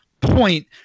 point